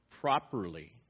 properly